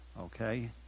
okay